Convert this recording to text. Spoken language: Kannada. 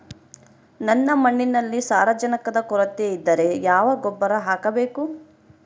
ನನ್ನ ಮಣ್ಣಿನಲ್ಲಿ ಸಾರಜನಕದ ಕೊರತೆ ಇದ್ದರೆ ಯಾವ ಗೊಬ್ಬರ ಹಾಕಬೇಕು?